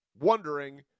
wondering